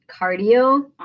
cardio